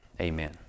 Amen